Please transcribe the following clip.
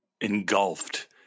engulfed